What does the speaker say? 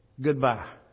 goodbye